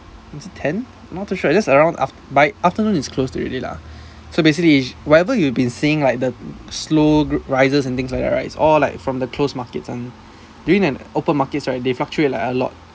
ten not too sure just around by afternoon it's closed already lah so basically whatever you've been seeing like the slow rises and things like that right all like from the closed markets one during the open markets right they fluctuate like a lot